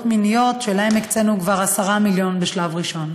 מיניות שלה הקצינו כבר 10 מיליון בשלב ראשון.